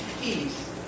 peace